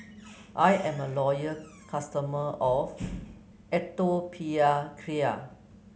I'm a loyal customer of Atopiclair